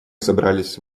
собрались